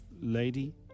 lady